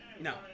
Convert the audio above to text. No